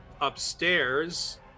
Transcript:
upstairs